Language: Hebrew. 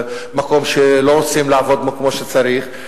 מקום שלא רוצים לעבוד בו כמו שצריך,